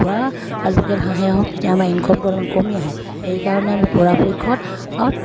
কুকুৰা লোকেল হাঁহেই হওক তেতিয়া আমাৰ ইনকমটো অলপমান কমি আহে সেইকাৰণে আমি পৰাপক্ষত